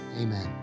Amen